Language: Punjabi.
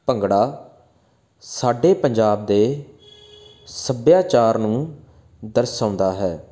ਭੰਗੜਾ ਸਾਡੇ ਪੰਜਾਬ ਦੇ ਸੱਭਿਆਚਾਰ ਨੂੰ ਦਰਸਾਉਂਦਾ ਹੈ